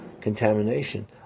contamination